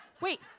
Wait